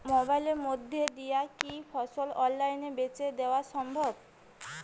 মোবাইলের মইধ্যে দিয়া কি ফসল অনলাইনে বেঁচে দেওয়া সম্ভব?